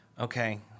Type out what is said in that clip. Okay